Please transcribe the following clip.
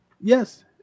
Yes